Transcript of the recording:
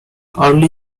early